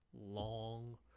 long